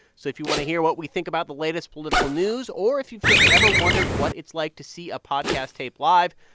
so if you want to hear what we think about the latest political news or if you've just ever wondered what it's like to see a podcast taped live,